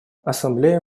ассамблея